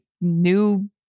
new